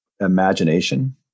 imagination